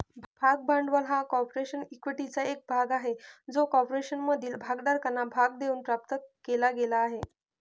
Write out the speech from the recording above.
भाग भांडवल हा कॉर्पोरेशन इक्विटीचा एक भाग आहे जो कॉर्पोरेशनमधील भागधारकांना भाग देऊन प्राप्त केला गेला आहे